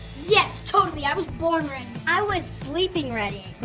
yes, totally. i was born ready. i was sleeping ready.